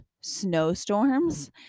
snowstorms